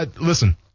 listen